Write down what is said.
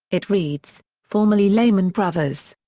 it reads, formerly lehman brothers.